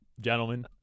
gentlemen